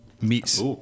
meets